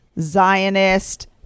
Zionist